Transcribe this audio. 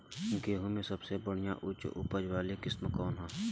गेहूं में सबसे बढ़िया उच्च उपज वाली किस्म कौन ह?